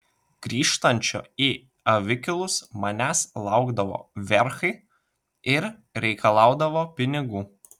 grįžtančio į avikilus manęs laukdavo verchai ir reikalaudavo pinigų